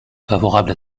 favorable